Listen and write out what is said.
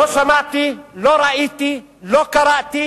לא שמעתי, לא ראיתי ולא קראתי